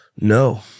no